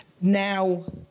now